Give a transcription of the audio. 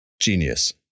genius